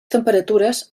temperatures